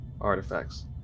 artifacts